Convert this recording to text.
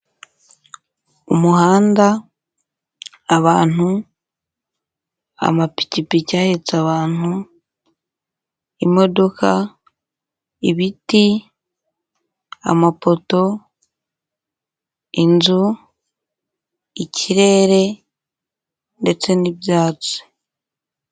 Inzu ifite amabati y'umutuku agaragara nkaho ashaje ikaba ifite antene ya kanari purisi kuburyo bareba umupira uko babishatse iri mu gipangu kiri munsi y'umuhanda